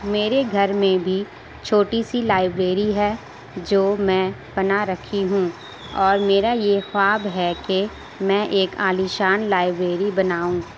میرے گھر میں بھی چھوٹی سی لائبریری ہے جو میں بنا رکھی ہوں اور میرا یہ خواب ہے کہ میں ایک عالیشان لائبریری بناؤں